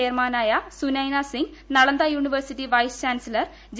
ചെയർമാനായ Sunaina Singh Nalanda university vice chancellor J